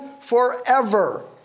forever